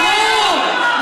ברור.